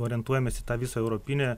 orientuojamės į tą visą europinę